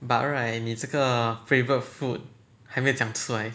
but 你这个 favourite food 还没有讲出来